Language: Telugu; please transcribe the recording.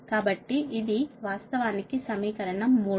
కాబట్టి ఇది వాస్తవానికి సమీకరణం 3